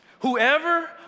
Whoever